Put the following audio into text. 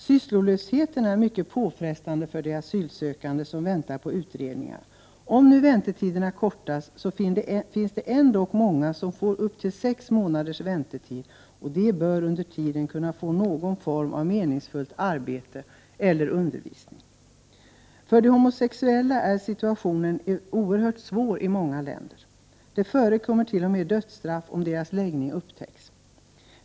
Sysslolösheten är mycket påfrestande för de asylsökande som väntar på utredningar. Om väntetiderna kortas ned, finns det ändock många som får vänta upp till sex månader. Dessa bör under tiden kunna få någon form av meningsfullt arbete eller undervisning. För de homosexuella är situationen oerhört svår i många länder. Det förekommer t.o.m. dödsstraff om deras läggning upptäcks.